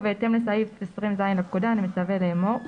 ובהתאם לסעיף 20ז לפקודה אני מצווה לאמור: